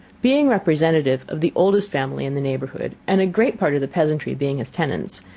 being representative of the oldest family in the neighbourhood, and a great part of the peasantry being his tenants,